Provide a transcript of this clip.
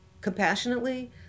compassionately